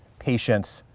patience,